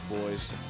boys